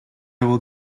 will